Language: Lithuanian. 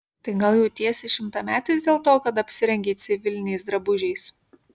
tai gal jautiesi šimtametis dėl to kad apsirengei civiliniais drabužiais